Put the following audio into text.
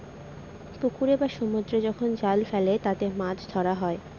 পুকুরে বা সমুদ্রে যখন জাল ফেলে তাতে মাছ ধরা হয়